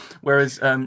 Whereas